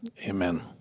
Amen